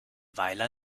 weiler